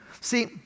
See